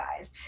guys